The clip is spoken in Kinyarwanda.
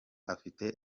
afite